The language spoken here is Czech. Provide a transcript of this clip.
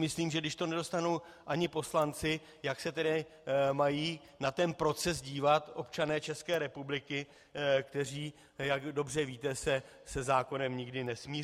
Myslím si, že když to nedostanou ani poslanci, jak se tedy mají na ten proces dívat občané České republiky, kteří, jak dobře víte, se se zákonem nikdy nesmířili.